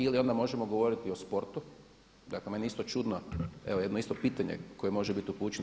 Ili onda možemo govoriti o sportu, dakle, meni je isto čudno evo jedno isto pitanje koje može biti upućeno.